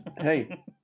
Hey